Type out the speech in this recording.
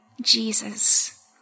Jesus